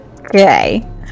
Okay